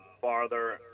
farther